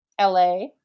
LA